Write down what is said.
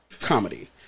Comedy